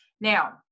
Now